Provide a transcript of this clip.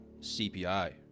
CPI